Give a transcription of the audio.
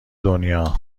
دنیا